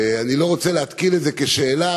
אני לא רוצה להתקיל את זה כשאלה,